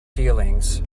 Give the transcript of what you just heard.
feelings